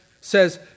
says